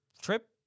trip